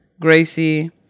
Gracie